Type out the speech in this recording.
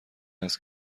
است